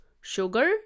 sugar